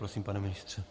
Prosím, pane ministře.